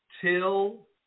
till